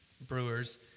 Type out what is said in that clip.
brewers